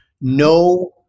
No